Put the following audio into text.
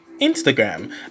Instagram